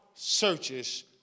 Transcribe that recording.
searches